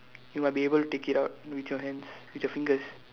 you might be able to take it out with your hands with your fingers